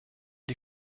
die